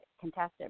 contested